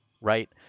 right